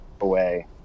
away